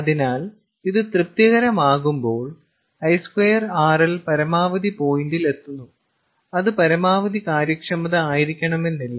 അതിനാൽ ഇത് തൃപ്തികരമാകുമ്പോൾ I2RL പരമാവധി പോയിന്റിൽ എത്തുന്നു അത് പരമാവധി കാര്യക്ഷമത ആയിരിക്കണമെന്നില്ല